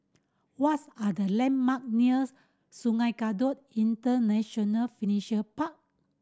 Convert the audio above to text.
what's are the landmark nears Sungei Kadut International Furniture Park